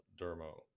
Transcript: dermo